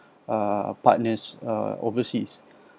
uh partners uh overseas